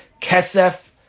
kesef